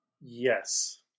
yes